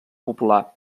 popular